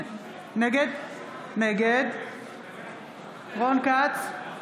נגד רון כץ,